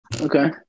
Okay